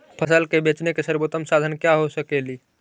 फसल के बेचने के सरबोतम साधन क्या हो सकेली?